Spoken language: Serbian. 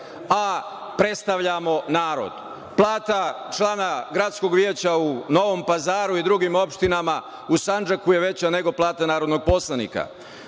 a predstavljamo narod. Plata člana Gradskog veća u Novom Pazaru i drugim opštinama u Sandžaku je veća nego plata narodnog poslanika.